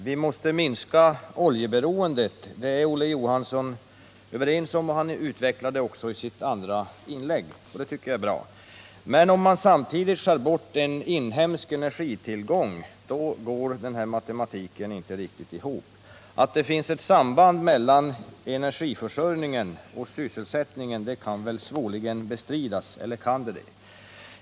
Herr talman! Jag tycker det är bra att Olof Johansson är överens med oss om att vi måste minska beroendet av oljan, vilket han också utvecklade i sitt andra inlägg. Men om man samtidigt skär bort en inhemsk energitillgång, går den här matematiken inte riktigt ihop. Att det finns ett samband mellan energiförsörjningen och sysselsättningen kan väl svårligen bestridas.